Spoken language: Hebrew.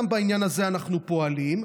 גם בעניין הזה אנחנו פועלים.